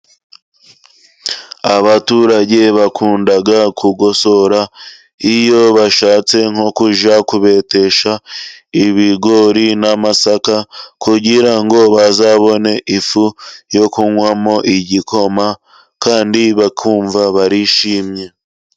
Abaturage bakunda kugosora iyo bashatse nko kujya kubetesha ibigori n'amasaka kugira ngo bazabone ifu yo kunywamo igikoma ,kandi bakumva barishimye.